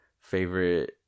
favorite